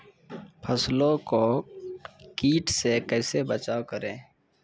फसलों को कीट से कैसे बचाव करें?